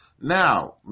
Now